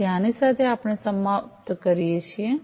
તેથી આની સાથે આપણે સમાપ્ત કરીએ છીએ